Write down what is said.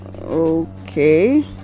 Okay